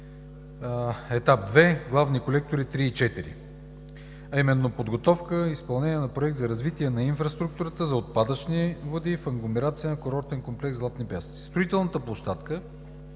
Етап 2 – Главни колектори 3 и 4, а именно подготовка и изпълнение на Проект за развитие на инфраструктурата за отпадъчни води в агломерацията на курортен комплекс „Златни пясъци“. Строителната площадка